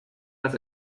das